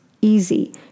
easy